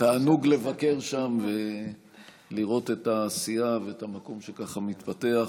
בהחלט תענוג לבקר שם ולראות את העשייה ואת המקום שככה מתפתח.